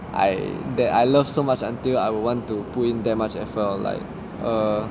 I that I love so much until I will want to put in that much effort like err